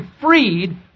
freed